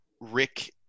Rick